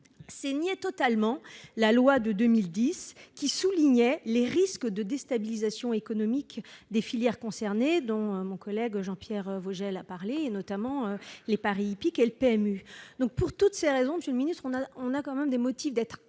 nier totalement la loi de 2010, qui soulignait les risques d'une déstabilisation économique des filières concernées, dont mon collègue Vogel a parlé, notamment les paris hippiques et le PMU. Pour toutes ces raisons, monsieur le ministre, nous avons des motifs d'être inquiets